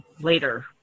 later